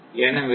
எனவே இது